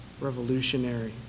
revolutionary